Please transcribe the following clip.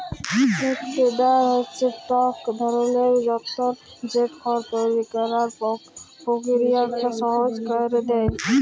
হে টেডার হছে ইক ধরলের যল্তর যেট খড় তৈরি ক্যরার পকিরিয়াকে সহজ ক্যইরে দেঁই